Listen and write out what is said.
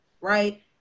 right